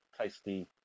tasty